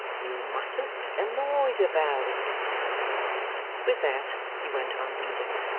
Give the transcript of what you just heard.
you mustn't make a noise about it with that he went on reading.